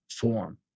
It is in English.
form